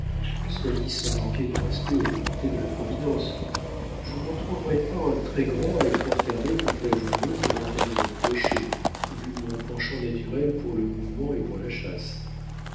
soit dit sans manquer de respect aux volontés de la providence je n'en trouverais pas un très grand à être enfermé toute la journée pour entendre prêcher vu mon penchant naturel pour le mouvement et pour la chasse